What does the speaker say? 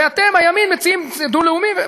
ואתם, הימין, מציעים דו-לאומית.